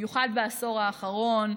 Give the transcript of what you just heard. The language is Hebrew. במיוחד בעשור האחרון.